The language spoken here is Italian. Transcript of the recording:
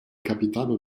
capitano